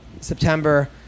September